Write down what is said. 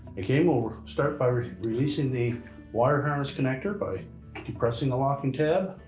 again, we'll start by releasing the wire harness connector by depressing the locking tab.